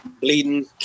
bleeding